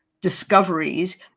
discoveries